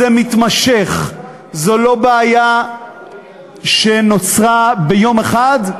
זה מתמשך, זו לא בעיה שנוצרה ביום אחד,